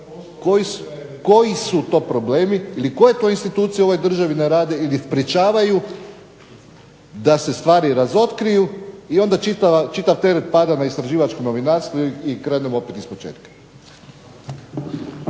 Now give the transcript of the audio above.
koji su to problemi ili koje to institucije u ovoj državi ne rade ili sprečavaju da se stvari razotkriju i onda čitav teret pada na istraživačko novinarstvo i krenemo opet ispočetka.